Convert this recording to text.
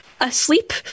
asleep